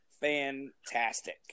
fantastic